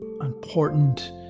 important